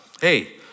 hey